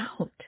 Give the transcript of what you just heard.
out